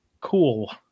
cool